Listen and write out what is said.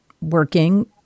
working